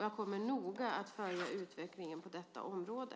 Jag kommer noga att följa utvecklingen på detta område.